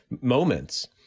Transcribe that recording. moments